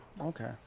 Okay